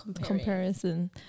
comparison